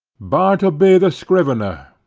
bartleby, the scrivener.